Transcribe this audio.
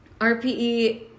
RPE